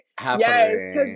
Yes